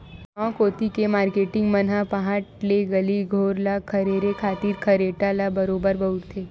गांव कोती के मारकेटिंग मन ह पहट ले गली घोर ल खरेरे खातिर खरेटा ल बरोबर बउरथे